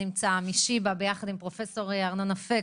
שנמצא ביחד עם פרופ' ארנון אפק.